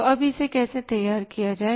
तो अब इसे कैसे तैयार किया जाए